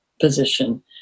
position